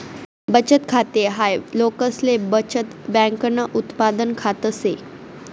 बचत खाते हाय लोकसले बचत बँकन उत्पादन खात से